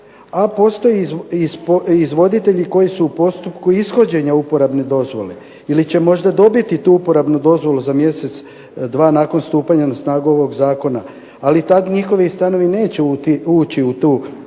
a postoje izvoditelji koji su u postupku ishođenja uporabne dozvole, ili će možda dobiti tu uporabnu dozvolu za mjesec, dva nakon stupanja na snagu ovog Zakona, ali tad njihovi stanovi neće ući u tu poticajni